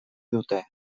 dute